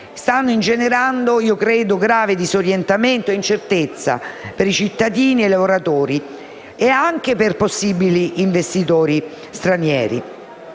sta ingenerando grave disorientamento e incertezza per i cittadini, i lavoratori e anche per possibili investitori stranieri.